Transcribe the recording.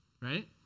right